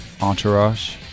Entourage